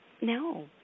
No